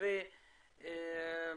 וגם